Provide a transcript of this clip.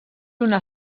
una